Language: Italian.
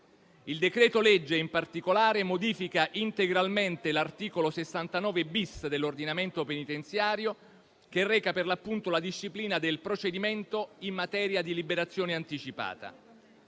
Il decreto-legge, in particolare, modifica integralmente l'articolo 69-*bis* dell'ordinamento penitenziario, che reca per l'appunto la disciplina del procedimento in materia di liberazione anticipata.